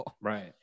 Right